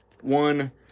one